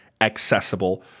accessible